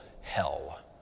hell